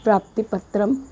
प्राप्तिपत्रं